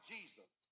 Jesus